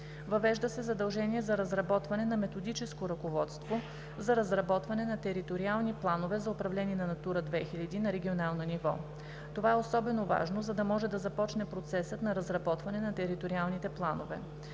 Въвежда се задължение за разработване на методическо ръководство за разработване на териториални планове за управление на „Натура 2000“ на регионално ниво. Това е особено важно, за да може да започне процесът на разработване на териториалните планове.